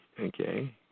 okay